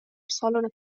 سالن